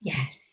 Yes